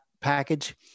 package